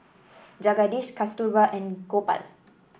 Jagadish Kasturba and Gopal